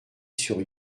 sur